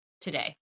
today